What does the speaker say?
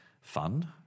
fun